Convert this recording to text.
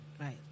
right